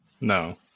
No